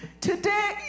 Today